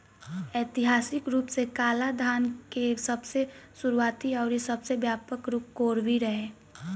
ऐतिहासिक रूप से कालाधान के सबसे शुरुआती अउरी सबसे व्यापक रूप कोरवी रहे